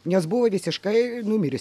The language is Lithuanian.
nes buvo visiškai numiręs